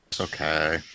Okay